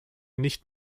nicht